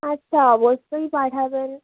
আচ্ছা অবশ্যই পাঠাবেন